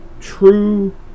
True